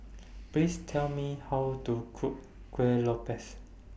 Please Tell Me How to Cook Kueh Lopes